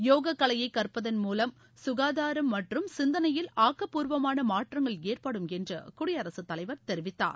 யோக கலையை கற்பதன் மூலம் சுகாதாரம் மற்றும் சிந்தனையில் ஆக்கப்பூர்வமான மாற்றங்கள் ஏற்படும் என்று குடியரசு தலைவர் தெரிவித்தார்